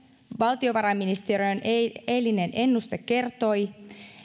valtiovarainministeriön eilinen ennuste kertoi